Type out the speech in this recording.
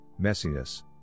messiness